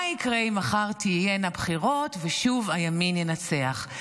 יקרה אם מחר תהיינה הבחירות ושוב הימין ינצח?